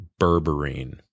berberine